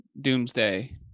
Doomsday